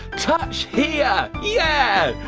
touch here. yeah.